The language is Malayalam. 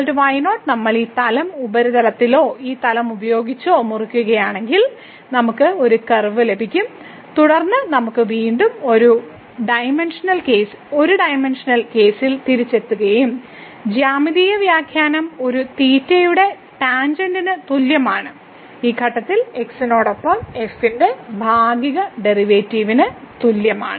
y y0 നമ്മൾ ഈ തലം ഈ ഉപരിതലത്തിലോ ഈ തലം ഉപയോഗിച്ചോ മുറിക്കുകയാണെങ്കിൽ നമുക്ക് ഒരു കർവ് ലഭിക്കും തുടർന്ന് നമുക്ക് വീണ്ടും ഒരു ഡൈമൻഷണൽ കേസിൽ തിരിച്ചെത്തുകയും ജ്യാമിതീയ വ്യാഖ്യാനം ഈ തീറ്റയുടെ ടാൻജെന്റ് തുല്യമാണ് ഈ ഘട്ടത്തിൽ x നോടൊപ്പം f ന്റെ ഭാഗിക ഡെറിവേറ്റീവിന് തുല്യമാണ്